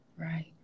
right